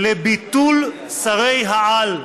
לביטול שרי-העל.